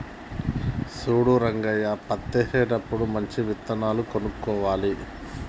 చూడు రంగయ్య పత్తేసినప్పుడు మంచి విత్తనాలు కొనుక్కోవాలి